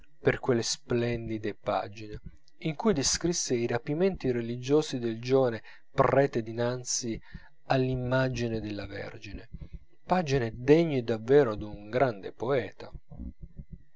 per quelle splendide pagine in cui descrisse i rapimenti religiosi del giovane prete dinanzi all'immagine della vergine pagine degne davvero d'un grande poeta